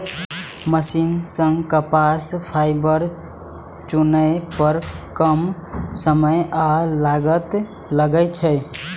machine सं कपास fibre चुनै पर कम समय आ लागत लागै छै